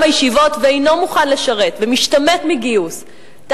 הישיבות ואינו מוכן לשרת ומשתמט משירות,